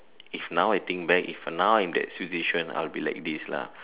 if now I think back if now I in that situation I would be like this lah